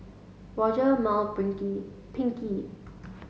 Mal Pinkie